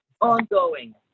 ongoing